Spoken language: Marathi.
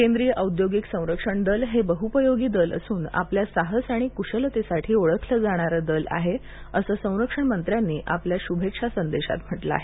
केंद्रीय औंद्योगिक संरक्षण दल हे बहुपयोगी दल असून आपल्या साहस आणि कुशलतेसाठी ओळखल जाणार दल आहे असं संरक्षण मंत्र्यांनी आपल्या शुभेच्छा संदेशात म्हटलं आहे